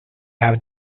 have